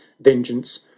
vengeance